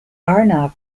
arnav